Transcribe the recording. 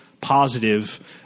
positive